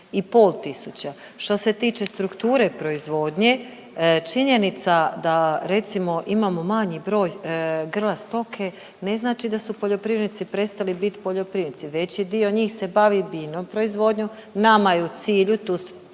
37,5 tisuća. Što se tiče strukture proizvodnje, činjenica da, recimo, imamo manji broj grla stoke, ne znači da su poljoprivrednici prestali bit poljoprivrednici. Veći dio njih se bavi biljnom proizvodnjom, nama je u cilju, tu